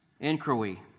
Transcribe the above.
inquiry